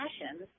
passions